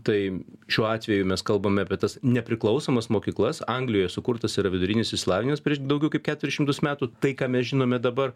tai šiuo atveju mes kalbame apie tas nepriklausomas mokyklas anglijoje sukurtas yra vidurinis išsilavinimas prieš daugiau kaip keturis šimtus metų tai ką mes žinome dabar